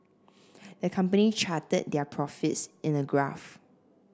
the company charted their profits in a graph